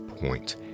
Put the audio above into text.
Point